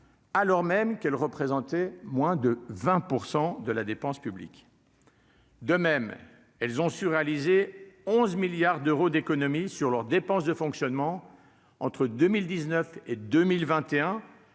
alors même qu'elle représentait moins de 20 % de la dépense publique de même elles ont su réaliser 11 milliards d'euros d'économies sur leurs dépenses de fonctionnement entre 2000 19 et 2021